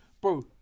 Bro